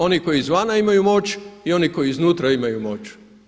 Oni koji izvana imaju moć i oni koji iznutra imaju moć.